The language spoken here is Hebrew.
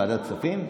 ועדת הכספים?